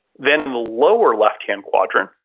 then in the lower left-hand quadrant,